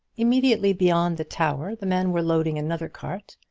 immediately beyond the tower the men were loading another cart,